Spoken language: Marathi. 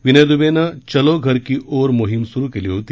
विनय दुबेनं चलो घर की ओर मोहीम सुरु केली होती